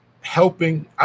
helping